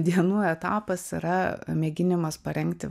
dienų etapas yra mėginimas parengti